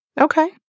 Okay